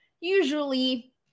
usually